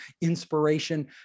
inspiration